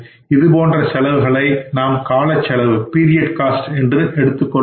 இதுபோன்ற செலவுகளை நாம் காலச் செலவு என்று எடுத்துக் கொள்வோமாக